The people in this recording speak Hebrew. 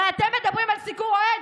הרי אתם מדברים על סיקור אוהד?